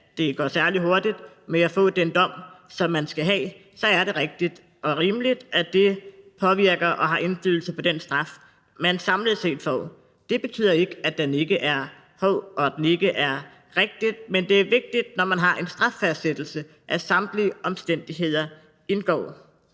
at det går særlig hurtigt med at få den dom, som man skal have, er det rigtigt og rimeligt, at det påvirker og har indflydelse på den straf, man samlet set får. Det betyder ikke, at den ikke er hård og den ikke er rigtig, men det er vigtigt, når man har en straffastsættelse, at samtlige omstændigheder indgår.